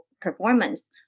performance